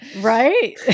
Right